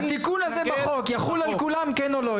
התיקון הזה בחוק יחול על כולם, כן או לא?